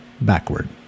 backward